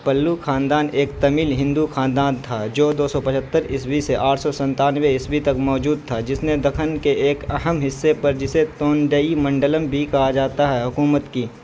پلو خاندان ایک تامل ہندو خاندان تھا جو دوسو پچھترعیسوی سے آٹھ سو ستانوے عیسوی تک موجود تھا جس نے دکن کے ایک اہم حصے پر جسے تونڈئی منڈلم بھی کہا جاتا ہے حکومت کی